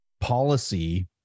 policy